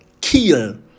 kill